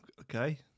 Okay